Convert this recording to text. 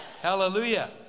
Hallelujah